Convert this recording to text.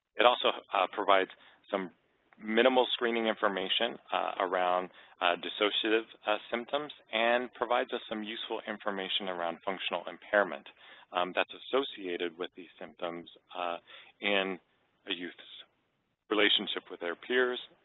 it also provides some minimal screening information around dissociative symptoms and provides us some useful information around functional impairment that's associated with these symptoms in a youth's relationship with their peers,